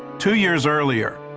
two years earlier,